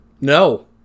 No